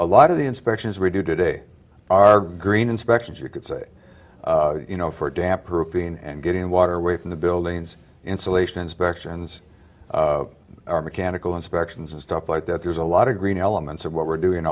a lot of the inspections we do today are green inspections you could say you know for a damper a fee and getting water way from the buildings insulation inspections or mechanical inspections and stuff like that there's a lot of green elements of what we're doing